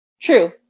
True